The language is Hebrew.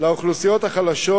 לאוכלוסיות החלשות,